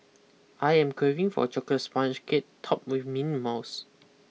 I am craving for a chocolate sponge cake topped with mint mousse